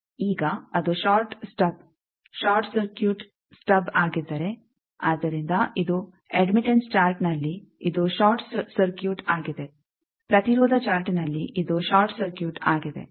ಈಗ ಅದು short stub short circuit stub ಆಗಿದ್ದರೆ ಆದ್ದರಿಂದ ಇದು ಅಡ್ಮಿಟೆಂಸ್ ಚಾರ್ಟ್ನಲ್ಲಿ ಇದು ಷಾರ್ಟ್ ಸರ್ಕ್ಯೂಟ್ ಆಗಿದೆ ಪ್ರತಿರೋಧ ಚಾರ್ಟ್ನಲ್ಲಿ ಇದು ಷಾರ್ಟ್ ಸರ್ಕ್ಯೂಟ್ ಆಗಿದೆ